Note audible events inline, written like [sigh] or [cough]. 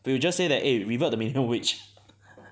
we will just say that eh revert to minimum wage [laughs]